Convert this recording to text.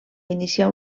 iniciar